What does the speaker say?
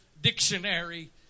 dictionary